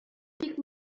бик